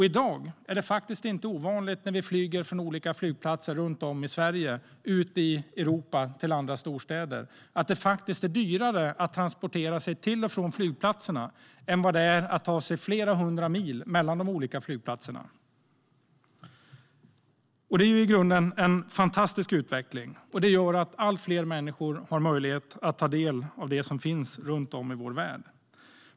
I dag är det inte ovanligt att det är dyrare att transportera sig till och från flygplatserna i Sverige och ute i Europa än vad det är att ta sig flera hundra mil mellan de olika flygplatserna. Det är en fantastisk utveckling som gör att allt fler människor har möjlighet att ta del av det som finns runt om i vår värld.